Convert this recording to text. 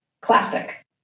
classic